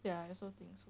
ya I also think so